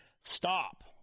stop